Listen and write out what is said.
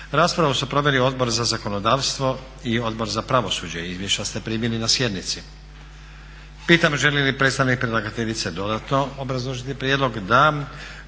Raspravu su proveli Odbor za zakonodavstvo i Odbor za pravosuđe. Izvješća ste primili na sjednici.